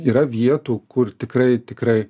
yra vietų kur tikrai tikrai